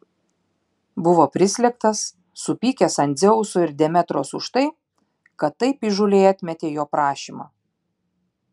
buvo prislėgtas supykęs ant dzeuso ir demetros už tai kad taip įžūliai atmetė jo prašymą